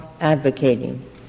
advocating